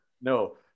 No